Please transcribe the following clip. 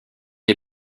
est